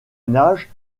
nage